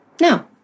No